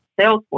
Salesforce